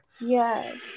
Yes